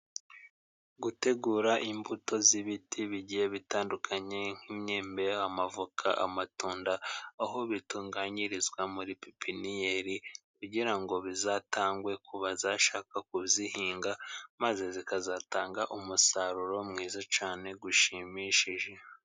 Gutegura imbuto z'ibiti bigiye bitandukanye nk'imyembe, amavoka, amatunda aho bitunganyirizwa muri pipiniyeri, kugira ngo bizatangwe ku bazashaka kuzihinga, maze zikazatanga umusaruro mwiza cyane ushimishije.